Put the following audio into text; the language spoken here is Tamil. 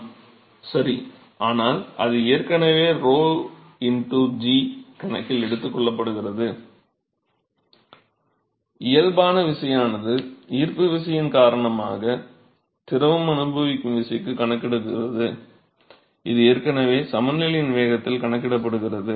மாணவர் சரி ஆனால் அது ஏற்கனவே 𝞺g கணக்கில் எடுத்துக் கொள்ளப்படுகிறது இயல்பான விசையானது ஈர்ப்பு விசையின் காரணமாக திரவம் அனுபவிக்கும் விசைக்குக் கணக்கிடுகிறது இது ஏற்கனவே சமநிலையின் வேகத்தில் கணக்கிடப்படுகிறது